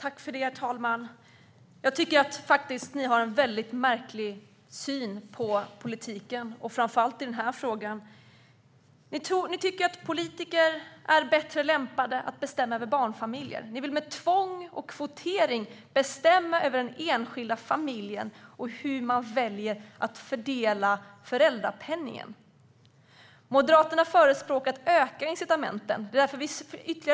Herr talman! Jag tycker att ni har en väldigt märklig syn på politiken, Wiwi-Anne Johansson, framför allt i den här frågan. Ni tycker att politiker är lämpade att bestämma över barnfamiljer. Ni vill med tvång och kvotering bestämma över den enskilda familjen och hur man väljer att fördela föräldrapenningen. Moderaterna förespråkar i stället att öka incitamenten.